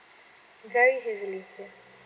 very heavily yes